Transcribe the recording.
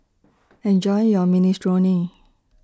Enjoy your Minestrone